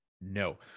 no